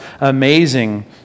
amazing